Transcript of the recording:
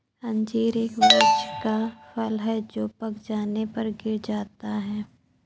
अंजीर एक वृक्ष का फल है जो पक जाने पर गिर जाता है